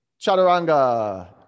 Chaturanga